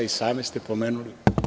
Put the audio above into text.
I sami ste to pomenuli.